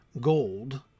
gold